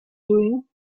doing